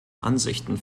ansichten